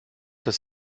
dass